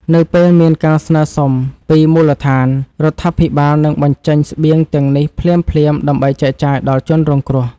នៅពេលមានការស្នើសុំពីមូលដ្ឋាន រដ្ឋាភិបាលនឹងបញ្ចេញស្បៀងទាំងនេះភ្លាមៗដើម្បីចែកចាយដល់ជនរងគ្រោះ។